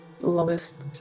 lowest